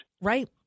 right